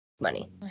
money